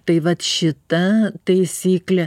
tai vat šita taisyklė